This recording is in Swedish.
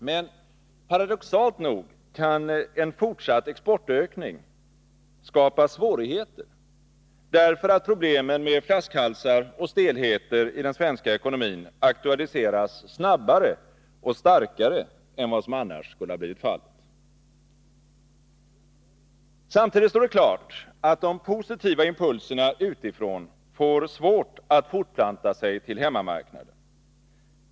Men paradoxalt nog kan en fortsatt exportökning skapa svårigheter därför att problemen med flaskhalsar och stelheter i den svenska ekonomin aktualiseras snabbare och starkare än vad som annars skulle ha blivit fallet. Samtidigt står det klart att de positiva impulserna utifrån får svårt att fortplanta sig till hemmamarknaden.